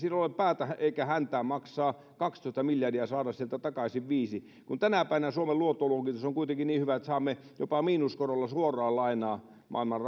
siinä ole päätä eikä häntää maksaa kaksitoista miljardia ja saada sieltä takaisin viisi kun tänä päivänä suomen luottoluokitus on kuitenkin niin hyvä että saamme jopa miinuskorolla suoraa lainaa maailman